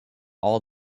all